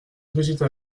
brigitte